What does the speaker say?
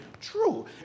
True